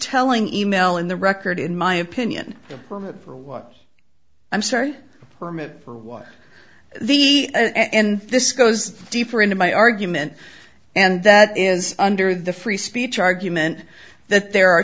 telling email in the record in my opinion for what i'm sorry permit for was the and this goes deeper into my argument and that is under the free speech argument that there are